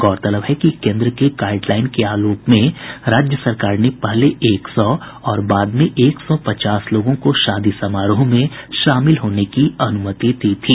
गौरतलब है कि केंद्र के गाईडलाइन के आलोक में राज्य सरकार ने पहले एक सौ और बाद में एक सौ पचास लोगों को शादी समारोह में शामिल होने की अनुमति दी थी